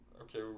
okay